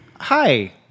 Hi